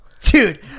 Dude